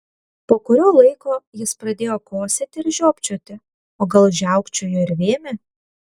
po kurio laiko jis pradėjo kosėti ir žiopčioti o gal žiaukčiojo ir vėmė